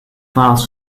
valves